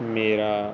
ਮੇਰਾ